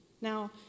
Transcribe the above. Now